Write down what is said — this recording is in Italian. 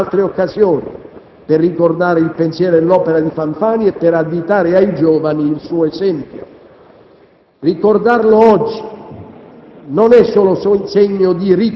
Presso il Senato ci saranno perciò altre occasioni per ricordare il pensiero e l'opera di Fanfani e per additare ai giovani il suo esempio. Ricordarlo oggi